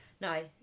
no